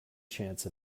chance